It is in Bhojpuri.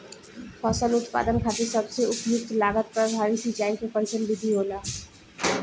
फसल उत्पादन खातिर सबसे उपयुक्त लागत प्रभावी सिंचाई के कइसन विधि होला?